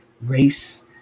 race